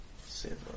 seven